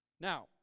Now